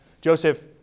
Joseph